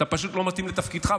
אתה פשוט לא מתאים לתפקידך,